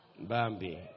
Bambi